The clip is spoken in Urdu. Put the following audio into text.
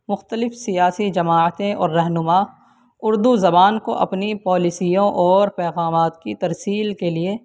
مختلف سیاسی جماعتیں اور رہنما زبان کو اپنی پالیسیوں اور پیغامات کی ترسیل کے لیے